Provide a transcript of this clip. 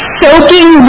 soaking